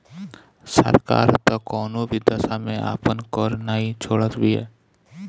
सरकार तअ कवनो भी दशा में आपन कर नाइ छोड़त बिया